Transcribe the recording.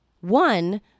One